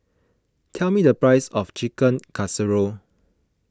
tell me the price of Chicken Casserole